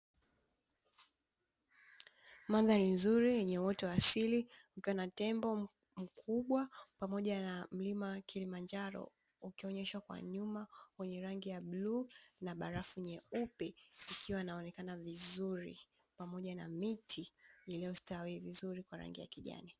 Mandhari nzuri yenye outo wa asili, kukiwa na tembo mkubwa, pamoja na mlima ''Kilimanjaro'' ukionyeshwa kwa nyuma, wenye rangi ya bluu na barafu nyeupe ikiwa inaonekana vizuri pamoja na miti iliyostawi vizuri kwa rangi ya kijani.